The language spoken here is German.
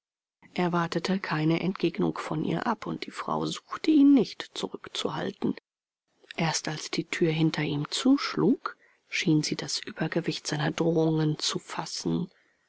er wartete keine entgegnung von ihr ab und die frau suchte ihn nicht zurückzuhalten erst als die tür hinter ihm zuschlug schien sie das übergewicht seiner drohungen zu fassen